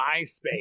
myspace